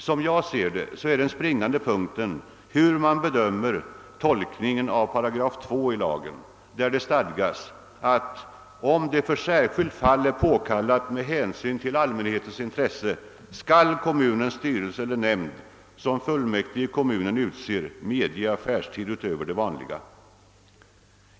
Som jag ser det är den springande punkten hur man skall tolka 2 8 i lagen, där det stadgas att »om det för särskilt fall är påkallat med hänsyn till allmänhetens intresse, skall kommunens styrelse eller nämnd, som fullmäktige i kommunen utser, medge affärstid utöver det vanliga».